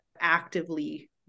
actively